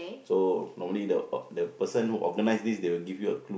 so normally the the person who organise this they will give you a clue